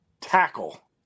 Tackle